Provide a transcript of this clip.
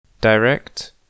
direct